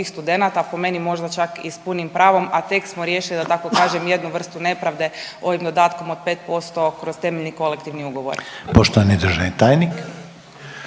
Poštovani državni tajniče